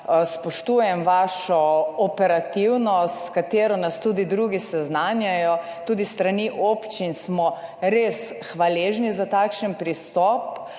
Spoštujem vašo operativnost, s katero nas tudi drugi seznanjajo. Tudi s strani občin smo res hvaležni za takšen pristop,